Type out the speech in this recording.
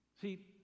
See